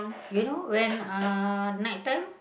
you know when uh night time